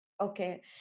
okay